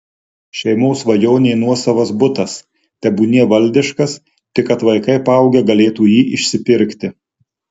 šeimos svajonė nuosavas butas tebūnie valdiškas tik kad vaikai paaugę galėtų jį išsipirkti